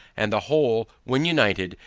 and the whole, when united,